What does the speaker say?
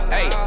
Hey